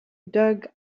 dug